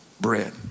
bread